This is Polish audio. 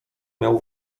miał